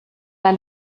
ein